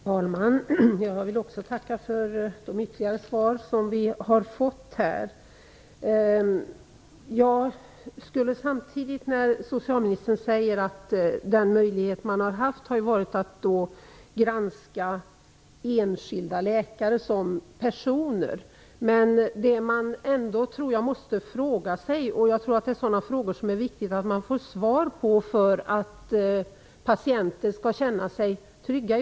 Fru talman! Jag vill också tacka för de ytterligare svar som vi har fått. Socialministern säger att den möjlighet man har haft har varit att granska enskilda läkare som personer. Men jag tror ändå att man måste fråga sig vilket ansvar de läkare som har stått i spetsen för den här verksamheten har tagit.